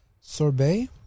sorbet